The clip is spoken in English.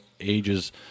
ages